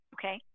Okay